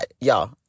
Y'all